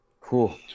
Cool